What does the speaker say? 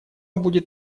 будет